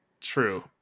true